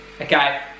Okay